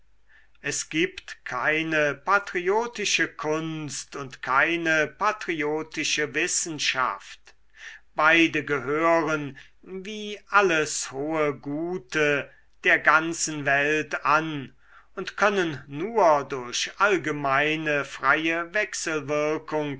es gibt keine patriotische kunst und keine patriotische wissenschaft beide gehören wie alles hohe gute der ganzen welt an und können nur durch allgemeine freie